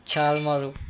ਛਾਲ ਮਾਰੋ